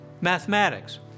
Mathematics